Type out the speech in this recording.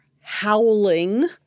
howling